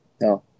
No